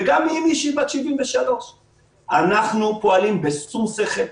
וגם מאימי שהיא בת 73. אנחנו פועלים בשום שכל,